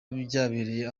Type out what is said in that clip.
byabereye